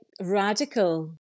radical